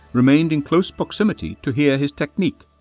remained in close proximity to hear his technique.